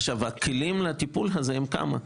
יש כמה כלים לטיפול הזה.